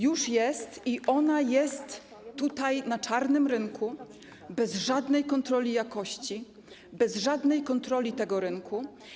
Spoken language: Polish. Już jest i ona jest tutaj, na czarnym rynku, bez żadnej kontroli jakości, bez żadnej kontroli tego rynku.